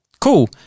cool